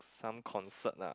some concert ah